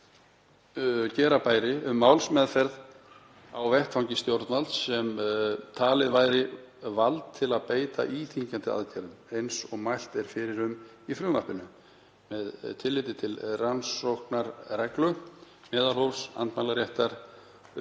gera bæri um málsmeðferð á vettvangi stjórnvalds sem falið væri vald til að beita íþyngjandi aðgerðum eins og mælt er fyrir um í frumvarpinu með tilliti til rannsóknarreglu, meðalhófs, andmælaréttar,